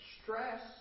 stress